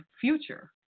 future